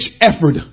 effort